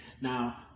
Now